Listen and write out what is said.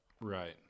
Right